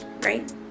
right